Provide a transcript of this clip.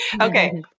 Okay